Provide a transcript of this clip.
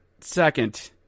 second